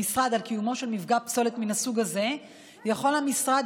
למשרד על קיומו של מפגע פסולת מן הסוג הזה יכול המשרד